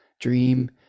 dream